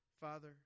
Father